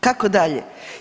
Kako dalje?